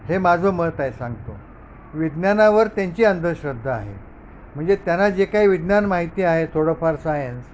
हे माझं मत आहे सांगतो विज्ञानावर त्यांची अंधश्रद्धा आहे म्हणजे त्यांना जे काही विज्ञान माहिती आहे थोडंफार सायन्स